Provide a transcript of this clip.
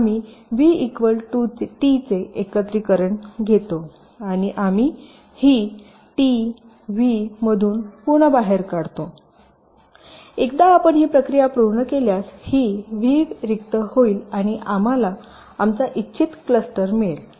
आम्ही व्हीटी चे एकत्रिकरण घेतो आणि आम्ही ही टी व्ही मधून पुन्हा बाहेर काढतो आणि एकदा आपण ही प्रक्रिया पूर्ण केल्यास ही व्ही रिक्त होईल आणि आम्हाला आमचा इच्छित क्लस्टर मिळेल